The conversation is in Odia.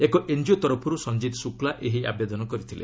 ଏକ ଏନ୍କିଓ ତରଫରୁ ସଂକିତ୍ ଶୁକ୍ଲା ଏହି ଆବେଦନ କରିଥିଲେ